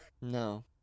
No